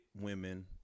women